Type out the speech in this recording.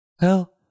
Hell